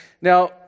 Now